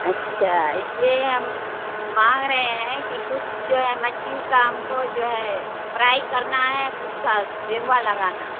اچھا اس لیے ہم مانگ رہے ہیں کہ کچھ جو ہے مچھلی کا ہم کو جو ہے فرائی کرنا ہے کچھ کا سیروا لگانا ہے